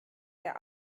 der